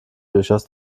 durchaus